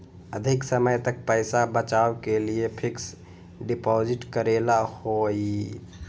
अधिक समय तक पईसा बचाव के लिए फिक्स डिपॉजिट करेला होयई?